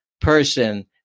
person